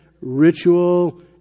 ritual